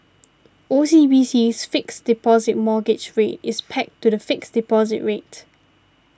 OCBC's Fixed Deposit Mortgage Rate is pegged to the fixed deposit rate